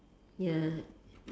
ya